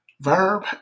Verb